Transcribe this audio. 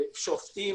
ושופטים.